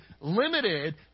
limited